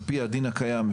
על פי הדין הקיים,